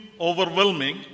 overwhelming